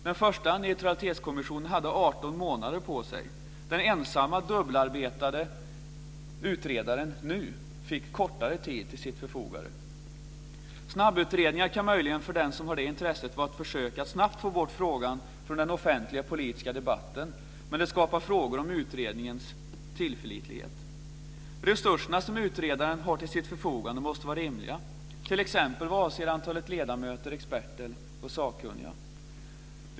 Den första neutralitetskommissionen hade 18 månader på sig. Den ensamma dubbelarbetande utredaren fick kortare tid till sitt förfogande. Snabbutredningar kan möjligen för den som har det intresset vara ett försök att få bort frågan från den offentliga politiska debatten men skapar frågor om utredningens tillförlitlighet. · Resurserna som utredaren har till sitt förfogande måste vara rimliga, t.ex. vad avser antalet ledamöter, experter och sakkunniga.